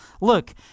Look